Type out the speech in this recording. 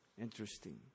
Interesting